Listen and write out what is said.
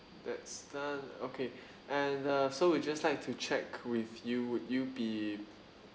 that's done okay and uh so we'd just like to check with you would you be